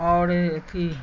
आओर अथी